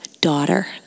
daughter